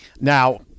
Now